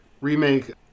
Remake